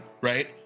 right